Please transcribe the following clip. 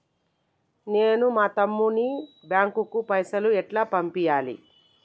నేను మా తమ్ముని బ్యాంకుకు పైసలు ఎలా పంపియ్యాలి?